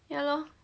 ya lor